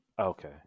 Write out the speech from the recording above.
Okay